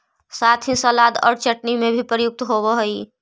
साथ ही सलाद और चटनी में भी प्रयुक्त होवअ हई